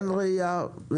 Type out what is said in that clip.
אין ראייה רחבה.